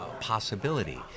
possibility